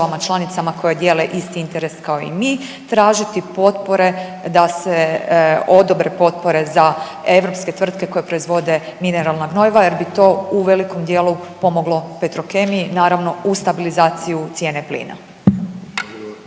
članicama koje dijele isti interes kao i mi tražiti potpore da se odobre potpore za europske tvrtke koje proizvode mineralna gnojiva jer bi u velikom dijeli pomoglo Petrokemiji naravno uz stabilizaciju cijene plina.